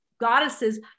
goddesses